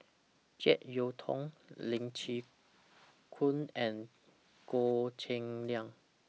Jek Yeun Thong Lee Chin Koon and Goh Cheng Liang